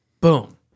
boom